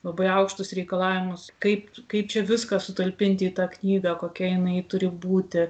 labai aukštus reikalavimus kaip kaip čia viską sutalpinti į tą knygą kokia jinai turi būti